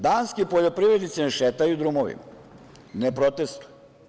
Danski poljoprivrednici ne šetaju drumovima, ne protestuju.